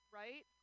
right